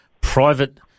private